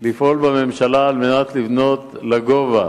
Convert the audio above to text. לפעול בממשלה על מנת לבנות לגובה?